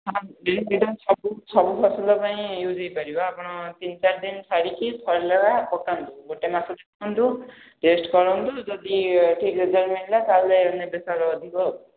ହଁ ଦିଦି ସେଇଟା ସବୁ ସବୁ ଫସଲ ପାଇଁ ୟୁଜ୍ ହେଇପାରିବ ଆପଣ ତିନି ଚାରି ଦିନ ଛାଡ଼ିକି ଥରେ ଲେଖାଁ ପକାନ୍ତୁ ଗୋଟେ ମାସ ଦେଖନ୍ତୁ ଟେଷ୍ଟ୍ କରନ୍ତୁ ଯଦି ଠିକ୍ ରେଜଲ୍ଟ ମିଳିଲା ତାହେଲେ ନେବେ ସାର ଅଧିକ